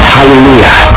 Hallelujah